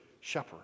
shepherd